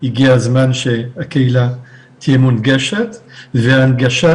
הגיע הזמן שהקהילה תהיה מונגשת והנגשה